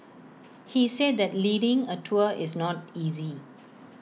he said that leading A tour is not easy